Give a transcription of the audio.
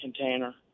container